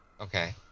Okay